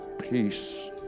peace